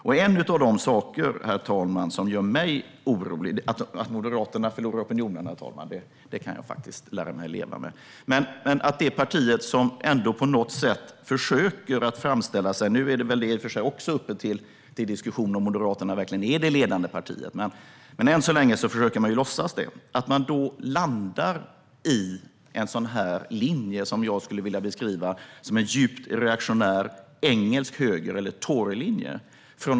Att Moderaterna förlorar opinionen kan jag faktiskt lära mig att leva med, herr talman, men det som gör mig orolig är att det parti som ändå på något sätt försöker framställa sig som det ledande partiet - även om det i och för sig nu är uppe till diskussion om Moderaterna verkligen är det, men man försöker än så länge låtsas det - landar i en sådan här linje. Jag skulle vilja beskriva den som en djupt reaktionär engelsk högerlinje, eller torylinje.